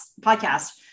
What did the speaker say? podcast